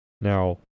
Now